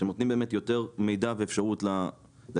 שהם נותנים באמת יותר מידע ואפשרות ללקוחות.